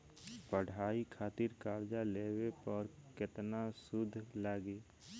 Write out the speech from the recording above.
पढ़ाई खातिर कर्जा लेवे पर केतना सूद लागी?